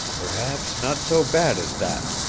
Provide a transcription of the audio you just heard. perhaps not so bad as that,